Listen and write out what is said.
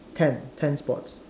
ten ten spots